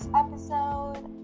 episode